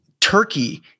turkey